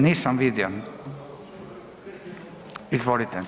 Nisam vidio, izvolite.